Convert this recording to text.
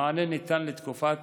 המענה ניתן לתקופת